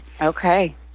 Okay